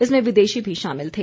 इसमें विदेशी भी शामिल थे